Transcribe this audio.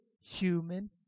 human